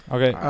Okay